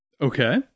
okay